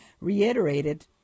reiterated